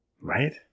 right